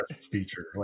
feature